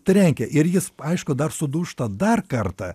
trenkia ir jis aišku dar sudūžta dar kartą